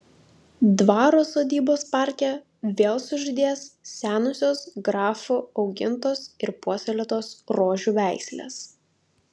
dvaro sodybos parke vėl sužydės senosios grafų augintos ir puoselėtos rožių veislės